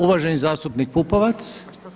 Uvaženi zastupnik Pupovac.